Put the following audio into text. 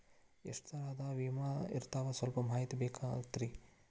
ಎಷ್ಟ ತರಹದ ವಿಮಾ ಇರ್ತಾವ ಸಲ್ಪ ಮಾಹಿತಿ ಬೇಕಾಗಿತ್ರಿ